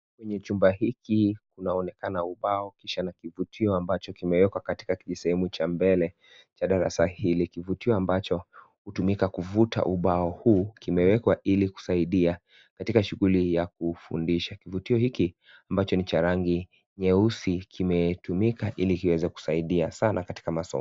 Kwenye chumba hiki kunaonekana ubao kisha kifutio ambacho kimewekwa katika kijisehemu cha mbele cha darasa hili. Kifutio ambacho hutumika kufuta ubao huu kimewekwa ili kusaidia katika shughuli ya kufundisha. Kifutio hiki ambacho ni cha rangi nyeusi kimetumika ili kiweze kusaidia sana katika masomo.